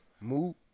move